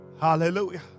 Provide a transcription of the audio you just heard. Hallelujah